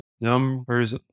numbers